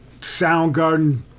Soundgarden